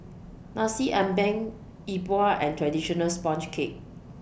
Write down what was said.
Nasi Ambeng Yi Bua and Traditional Sponge Cake